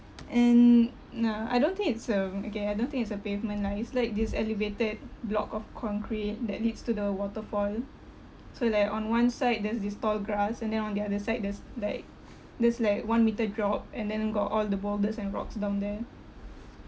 and no I don't think it's um okay I don't think it's a pavement lah it's like this elevated block of concrete that leads to the waterfall so like on one side there's this tall grass and then on the other side there's like there's like one meter drop and then got all the boulders and rocks down there